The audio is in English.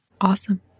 Awesome